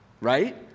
right